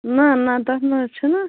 نہَ نہَ تَتھ نہَ حظ چھُنہٕ